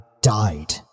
died